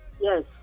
Yes